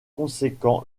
conséquent